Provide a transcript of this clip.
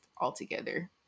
altogether